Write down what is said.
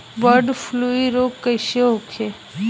Bird flu रोग कईसे होखे?